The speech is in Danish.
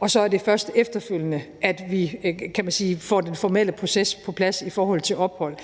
og så er det først efterfølgende, at vi får den formelle proces på plads i forhold til ophold.